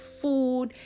food